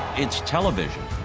it's television.